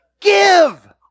Give